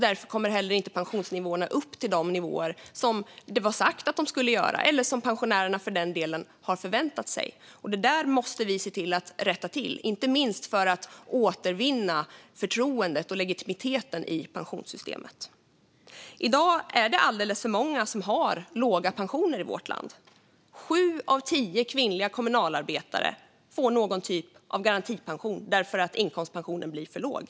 Därför kommer pensionsnivåerna inte heller upp till de nivåer som det var sagt att de skulle eller som pensionärerna för den delen har förväntat sig. Det måste vi rätta till, inte minst för att återvinna förtroendet för och legitimiteten hos pensionssystemet. I dag är det alldeles för många i vårt land som har låga pensioner. Sju av tio kvinnliga kommunalarbetare får någon typ av garantipension därför att inkomstpensionen blir för låg.